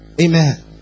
Amen